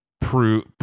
prove